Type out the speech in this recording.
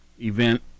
event